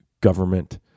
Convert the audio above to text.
government